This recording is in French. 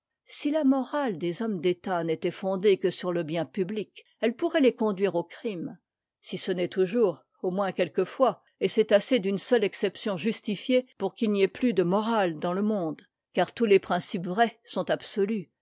si la morale des hommes d'état n'était fondée que sur le bien publie elle pourrait les conduire au crime si ce n'est toujours au moins quelquefois et c'est assez d'une seule exception justifiée pour qu'il n'y ait plus de morale dans le monde car tous les principes vrais sont abso